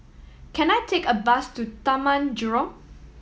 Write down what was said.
can I take a bus to Taman Jurong